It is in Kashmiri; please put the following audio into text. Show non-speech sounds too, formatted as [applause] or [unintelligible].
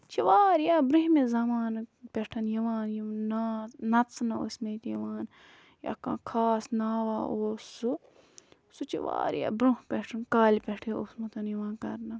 یہِ چھِ واریاہ برٛونٛہمہِ زَمانہٕ پٮ۪ٹھ یِوان یِم [unintelligible] نَژنہٕ ٲسۍمٕتۍ یِوان یا کانٛہہ خاص ناوا اوس سُہ سُہ چھُ واریاہ برٛونٛہہ پٮ۪ٹھ کالہِ پٮ۪ٹھَے اوسمُت یِوان کَرنہٕ